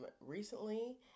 recently